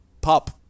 pop